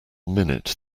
minute